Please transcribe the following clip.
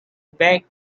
back